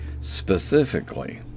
Specifically